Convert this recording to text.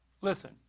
Listen